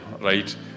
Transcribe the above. right